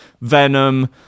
Venom